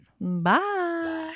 Bye